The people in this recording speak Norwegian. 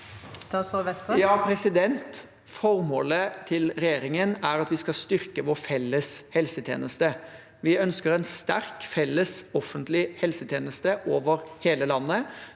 Formålet til regjeringen er at vi skal styrke vår felles helsetjeneste. Vi ønsker en sterk felles offentlig helsetjeneste over hele landet,